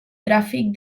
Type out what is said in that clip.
tràfic